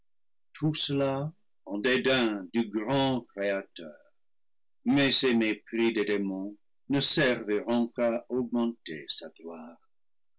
cela en dédain du grand créateur mais ces mépris des démons ne serviront qu'à augmenter sa gloire